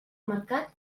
mercat